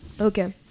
Okay